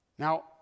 Now